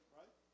right